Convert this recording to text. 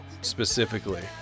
Specifically